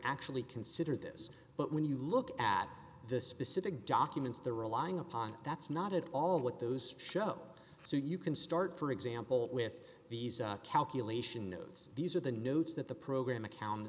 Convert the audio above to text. actually considered this but when you look at the specific documents they're relying upon that's not at all what those show so you can start for example with these calculation knows these are the notes that the program accountan